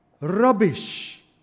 rubbish